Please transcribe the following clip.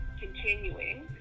continuing